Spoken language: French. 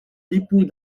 dépôt